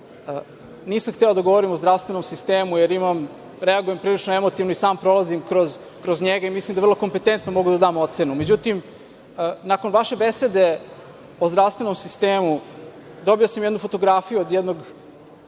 Nisam hteo da govorim o zdravstvenom sistemu, jer reagujem prilično emotivno i sam prolazim kroz njega i mislim da vrlo kompetentno mogu da dam ocenu. Međutim, nakon vaše besede o zdravstvenom sistemu, dobio sam jednu fotografiju od jednog